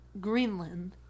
greenland